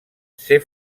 ser